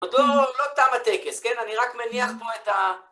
לא תם הטקס, כן? אני רק מניח פה את ה...